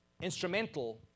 instrumental